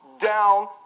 down